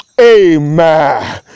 Amen